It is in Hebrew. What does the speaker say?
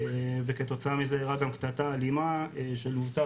וכתוצאה מזה אירעה גם קטטה אלימה שלוותה